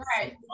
Right